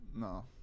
no